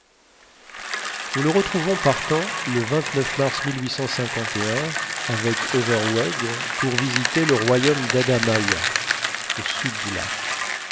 nous le retrouvons partant le mars avec overweg pour visiter le royaume d'adamaoua au sud du lac